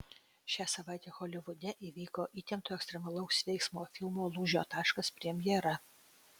šią savaitę holivude įvyko įtempto ekstremalaus veiksmo filmo lūžio taškas premjera